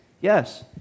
yes